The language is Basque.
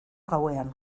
gauean